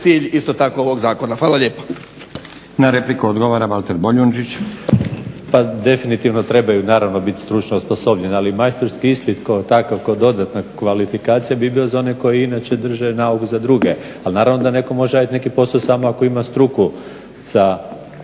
cilj isto tako ovog zakona. Hvala lijepa.